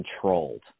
controlled